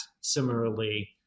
similarly